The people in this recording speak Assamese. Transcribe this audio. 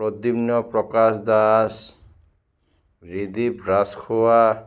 প্ৰদ্যুম্ন প্ৰকাশ দাস ৰিদ্বীপ ৰাজখোৱা